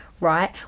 right